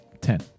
Ten